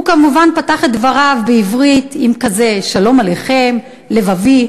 הוא כמובן פתח את דבריו בעברית עם כזה "שלום עליכם" לבבי,